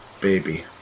baby